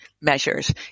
measures